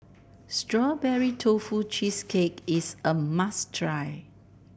Strawberry Tofu Cheesecake is a must try